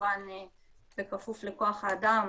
כמובן בכפוף לכוח האדם